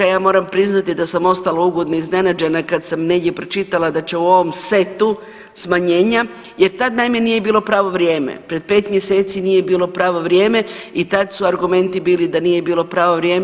Ja moram priznati da sam ostala ugodno iznenađena kad sam negdje pročitala da će u ovom setu smanjenja jer tad naime nije bilo pravo vrijeme, pred 5 mjeseci nije bilo pravo vrijeme i tad su argumenti bili da nije bilo pravo vrijeme.